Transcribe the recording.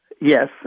Yes